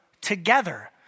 together